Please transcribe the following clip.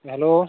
hello